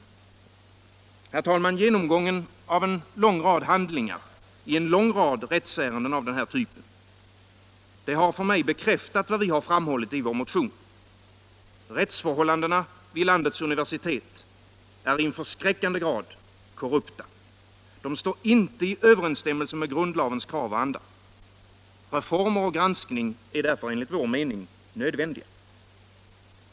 Herr talman! Genomgången av en lång rad handlingar i en lång rad rättsärenden har för mig bekräftat vad vi framhållit i vår motion: Rättsförhållandena vid landets universitet är i förskräckande grad korrupta. De står inte i överensstämmelse med grundlagens krav och anda. Reformer och granskning är därför enligt vår mening nödvändiga.